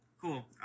Cool